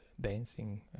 dancing